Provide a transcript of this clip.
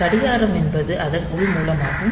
கடிகாரமென்பது அதன் உள் மூலமாகும்